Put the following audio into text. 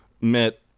met